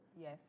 Yes